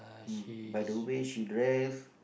mm by the way she dress